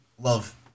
love